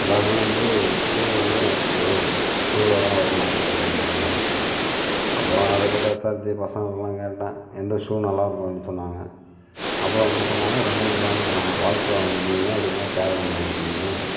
எல்லாருமே வந்து ஷூ வந்து மஸ்ட்டு ஷூலதான் வரணும் ஆபீஸ்க்கு அப்படினு சொல்லிட்டாங்க அப்புறம் நிறையா பேர்கிட்ட விசாரிச்சு பசங்ககிட்டெல்லாம் கேட்டேன் எந்த ஷூ நல்லா இருக்குதுன்னு சொன்னாங்கள் அப்புறம் வந்து சொன்னாங்கள் ரெண்டு மூணு பிராண்டு சொன்னாங்கள் வால்க்ரோ வாங்கிக்கோங்க அப்படியில்லனா பேரகான் வாங்கிக்கோங்க